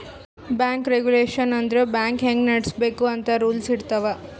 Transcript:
bank regulation ಅಂದುರ್ bank ಹ್ಯಾಂಗ್ ನಡುಸ್ಬೇಕ್ ಅಂತ್ ರೂಲ್ಸ್ ಇರ್ತಾವ್